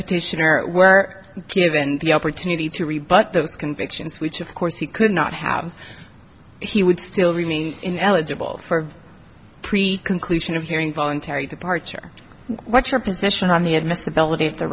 petitioner were given the opportunity to rebut those convictions which of course he could not have he would still remain in eligible for pre conclusion of hearing voluntary departure what's your position on the